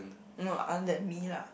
no other than me lah